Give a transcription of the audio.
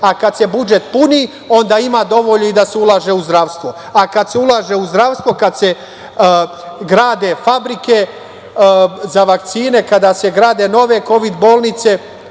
a kada se budžet puni, onda ima dovoljno i da se ulaže u zdravstvo, a kada se ulaže u zdravstvo, kada se grade fabrike za vakcine, kada se grade nove kovid bolnice,